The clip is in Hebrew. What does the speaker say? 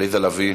עליזה לביא,